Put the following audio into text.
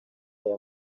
aya